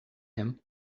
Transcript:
him